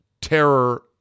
terror